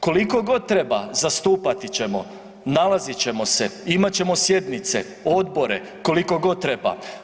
Koliko god treba zastupati ćemo, nalazit ćemo se, imat ćemo sjednice, odbore, koliko god treba.